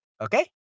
Okay